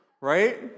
right